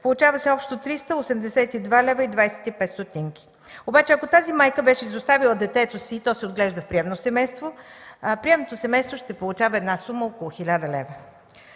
Получава се общо 382,25 лв. Обаче ако тази майка беше изоставила детето си и то се отглежда в приемно семейство, приемното семейство ще получава една сума около 1000 лв.